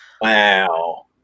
Wow